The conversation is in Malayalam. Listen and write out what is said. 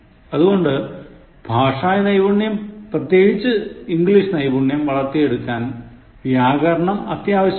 അതുകൊണ്ട് ഭാഷാനൈപുണ്യം പ്രതേകിച്ചു ഇംഗ്ലീഷ് നൈപുണ്യം വളർത്തിയെടുക്കാൻ വ്യാകരണം അത്യാവശ്യമാണ്